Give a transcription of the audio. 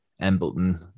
Embleton